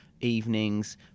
evenings